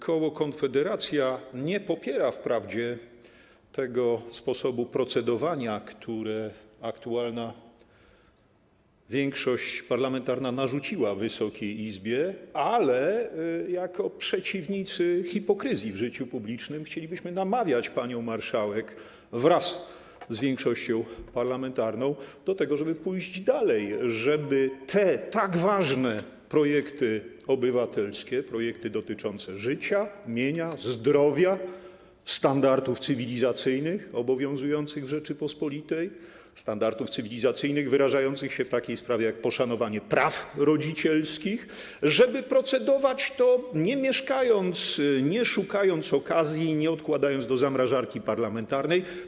Koło Konfederacja nie popiera wprawdzie sposobu procedowania, który aktualna większość parlamentarna narzuciła Wysokiej Izbie, ale jako przeciwnicy hipokryzji w życiu publicznym chcielibyśmy namawiać panią marszałek wraz z większością parlamentarną do tego, żeby pójść dalej i żeby nad tymi tak ważnymi projektami obywatelskimi, projektami dotyczącymi życia, mienia, zdrowia, standardów cywilizacyjnych obowiązujących w Rzeczypospolitej, standardów cywilizacyjnych wyrażających się w takiej sprawie jak poszanowanie praw rodzicielskich procedować tak, żeby nie mieszać, nie szukać okazji, nie odkładać tego do zamrażarki parlamentarnej.